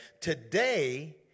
today